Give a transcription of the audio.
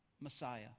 Messiah